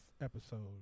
episode